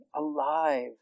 alive